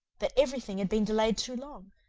that every thing had been delayed too long,